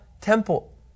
temple